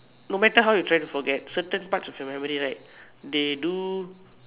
no matter how you trying to forget certain parts of your memory right they do